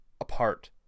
apart